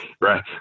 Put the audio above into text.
Right